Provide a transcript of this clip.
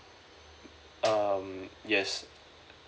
um yes